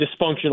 dysfunctional